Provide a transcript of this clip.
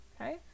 okay